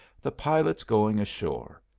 the pilot's going ashore.